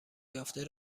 یافته